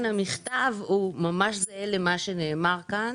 המכתב הוא ממש זהה למה שנאמר כאן,